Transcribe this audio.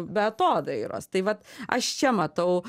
be atodairos tai vat aš čia matau